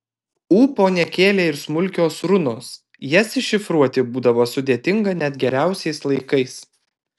ūpo nekėlė ir smulkios runos jas iššifruoti būdavo sudėtinga net geriausiais laikais